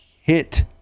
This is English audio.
hit